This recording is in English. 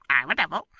i'm a devil,